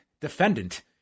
defendant